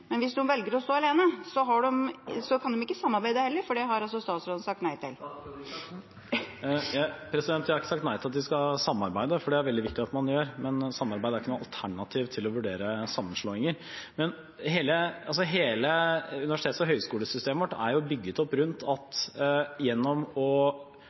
Men hvis de velger å stå alene, kan de heller ikke samarbeide, for det har statsråden sagt nei til. Jeg har ikke sagt nei til at de skal samarbeide, for det er det veldig viktig at man gjør. Men samarbeid er ikke noe alternativ til å vurdere sammenslåinger. Hele universitets- og høyskolesystemet vårt er bygget opp rundt at gjennom å